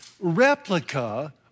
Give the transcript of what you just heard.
replica